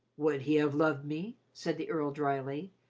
would he have loved me, said the earl dryly,